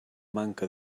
manca